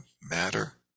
matter